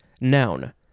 Noun